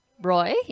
Roy